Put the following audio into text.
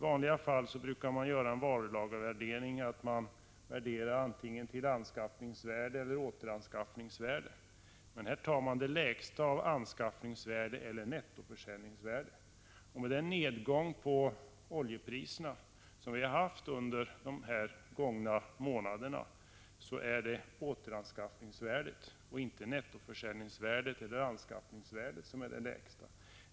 I vanliga fall brukar man vid en varulagervärdering värdera lagret antingen till anskaffningsvärdet eller också till återanskaffningsvärdet. Men här tar man fasta på det lägsta av anskaffningsvärdet och nettoförsäljningsvärdet. Som en följd av nedgången i oljepriserna under de gångna månaderna är det återanskaffningsvärdet, inte nettoförsäljningsvärdet eller anskaffningsvärdet, som är lägst.